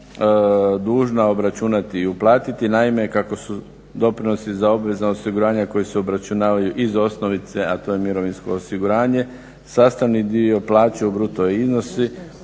dužna obračunati i uplatiti. Naime, kako su doprinosi za obavezna osiguranja koji se obračunavaju iz osnovice a to je mirovinsko osiguranje sastavni dio plaće u bruto iznosu,